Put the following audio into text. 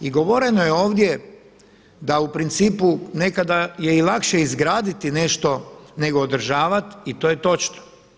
I govoreno je ovdje da u principu nekada je i lakše izgraditi nešto nego održavati i to je točno.